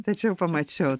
tačiau pamačiau